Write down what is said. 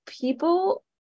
people